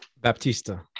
Baptista